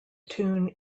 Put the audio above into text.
tune